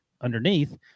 underneath